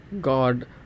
God